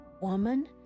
Woman